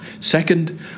Second